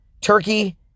Turkey